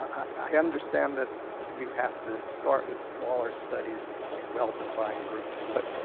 i understand that you have to start with smaller studies in well defined groups, but,